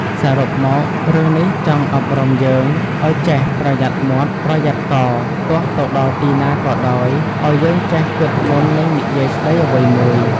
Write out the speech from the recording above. សរុបមករឿងនេះចង់អប់រំយើង ឲ្យចេះប្រយ័ត្នមាត់ប្រយ័ត្នករទោះទៅដល់ទីណាក៏ដោយ ឲ្យយើងចេះគិតមុននឹងនិយាយស្ដីអ្វីមួយ។